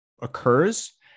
occurs